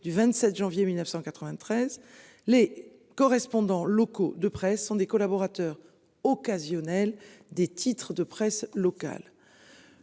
du 27 janvier 1993. Les correspondants locaux de presse sont des collaborateurs occasionnels des titres de presse locale.